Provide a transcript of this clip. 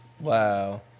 Wow